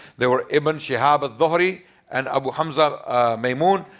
they were ibn shihaab az-zuhri and abu hamza maymoon,